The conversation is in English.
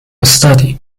study